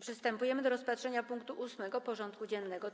Przystępujemy do rozpatrzenia punktu 8. porządku dziennego: